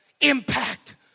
impact